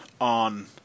On